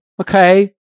okay